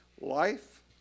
life